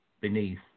beneath